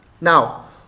Now